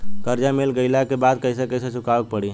कर्जा मिल गईला के बाद कैसे कैसे चुकावे के पड़ी?